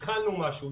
התחלנו משהו.